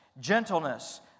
gentleness